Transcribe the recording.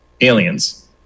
aliens